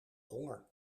honger